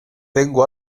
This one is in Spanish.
tengo